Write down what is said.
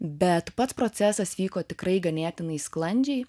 bet pats procesas vyko tikrai ganėtinai sklandžiai